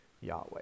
Yahweh